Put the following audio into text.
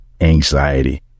anxiety